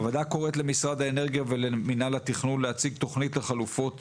הוועדה קוראת למשרד האנרגיה ולמינהל התכנון להציג תוכנית לחלופות